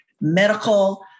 medical